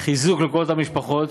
חיזוק לכל המשפחות,